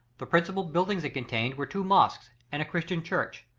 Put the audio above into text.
the principal buildings it contained were two mosques and a christian church.